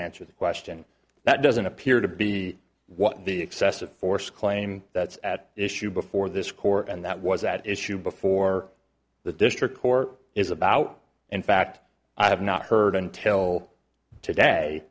answer the question that doesn't appear to be what the excessive force claim that's at issue before this court and that was at issue before the district court is about in fact i have not heard until today